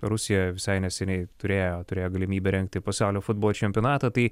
rusija visai neseniai turėjo turėjo galimybę rengti pasaulio futbolo čempionatą tai